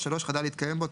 שר התחבורה,